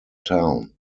town